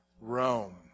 Rome